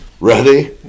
Ready